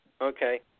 Okay